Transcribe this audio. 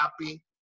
happy